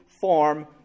form